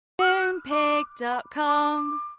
Moonpig.com